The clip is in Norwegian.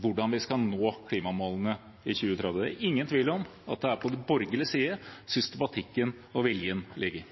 hvordan vi skal nå klimamålene i 2030? Det er ingen tvil om at det er på borgerlig side systematikken og viljen ligger.